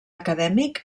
acadèmic